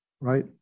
right